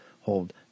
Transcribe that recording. hold